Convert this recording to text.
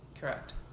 Correct